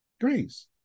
grace